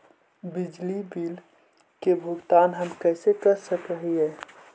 बिजली बिल के भुगतान हम कैसे कर सक हिय?